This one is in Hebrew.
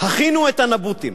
הכינו את הנבוטים.